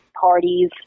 parties